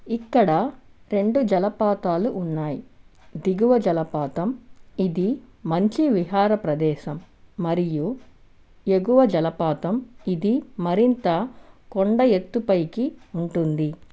ఇక్కడ రెండు జలపాతాలు ఉన్నాయ్ దిగువ జలపాతం ఇది మంచి విహార ప్రదేశం మరియు ఎగువ జలపాతం ఇది మరింత కొండ ఎత్తుపైకి ఉంటుంది